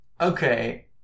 Okay